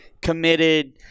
committed